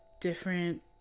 different